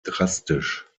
drastisch